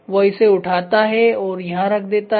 वह इसे उठाता है और यहां रख देता है